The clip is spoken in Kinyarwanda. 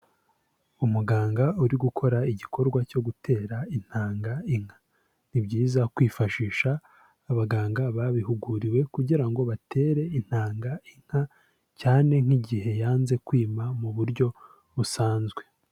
Umuganga uri gukora igikorwa cyo gutera intanga inka, ni byiza kwifashisha abaganga babihuguriwe kugira ngo batere intanga inka cyane nk'igihe yanze kwima mu buryo busanzwe.